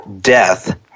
death